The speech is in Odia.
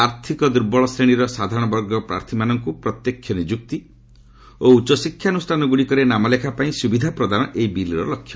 ଆର୍ଥିକ ଦୁର୍ବଳ ଶ୍ରେଣୀର ସାଧାରଣ ବର୍ଗ ପ୍ରାର୍ଥୀମାନଙ୍କୁ ପ୍ରତ୍ୟକ୍ଷ ନିଯୁକ୍ତି ଓ ଉଚ୍ଚଶିକ୍ଷାନୁଷ୍ଠାନଗୁଡ଼ିକରେ ନାମଲେଖା ପାଇଁ ସୁବିଧା ପ୍ରଦାନ ଏହି ବିଲ୍ର ଲକ୍ଷ୍ୟ